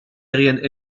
aériennes